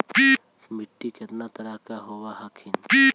मिट्टीया कितना तरह के होब हखिन?